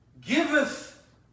giveth